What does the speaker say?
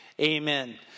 Amen